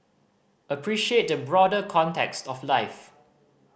appreciate the broader context of life